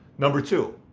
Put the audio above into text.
number two,